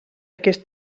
aquest